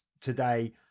today